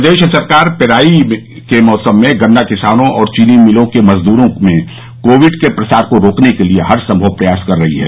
प्रदेश सरकार पेराई मौसम में गन्ना किसानों और चीनी मिलों के मजद्रों में कोविड के प्रसार को रोकने के लिए हरसंभव प्रयास कर रही है